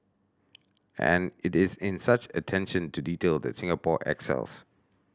and it is in such attention to detail that Singapore excels